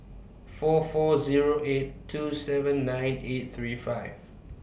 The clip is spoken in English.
four four Zero eight two seven nine eight three five